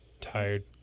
tired